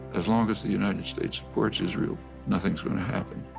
as long as the united states supports israel nothing is going to happen.